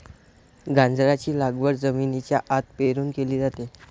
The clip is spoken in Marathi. गाजराची लागवड जमिनीच्या आत पेरून केली जाते